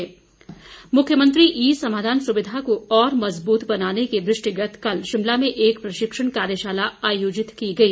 ईसमाधान मुख्यमंत्री ई समाधान सुविधा को और मज़बूत बनाने के दृष्टिगत कल शिमला में एक प्रशिक्षण कार्यशाला आयोजित की गई